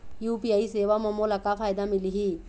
UPI सेवा म मोला का फायदा मिलही?